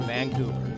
Vancouver